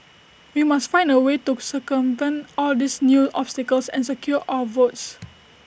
we must find A way to circumvent all these new obstacles and secure our votes